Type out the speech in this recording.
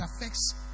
affects